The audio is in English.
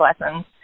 lessons